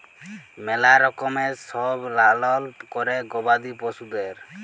ম্যালা রকমের সব লালল ক্যরে গবাদি পশুদের